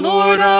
Lord